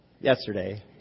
yesterday